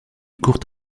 courte